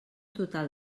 total